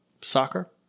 soccer